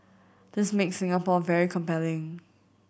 this makes Singapore very compelling